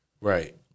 Right